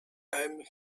time